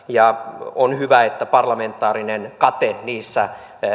ja on hyvä että parlamentaarinen kate niissä